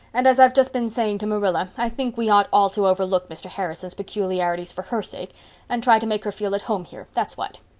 and as i've just been sayin' to marilla, i think we ought all to overlook mr. harrison's peculiarities for her sake and try to make her feel at home here, that's what.